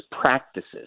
practices